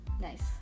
Nice